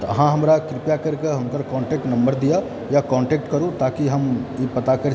तऽ अहाँ हमरा कृपया करयकऽ हुनकर कॉन्टेक्ट नंबर दिअ या कॉन्टेक्ट करू ताकि हम ई पता करि